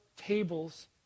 tables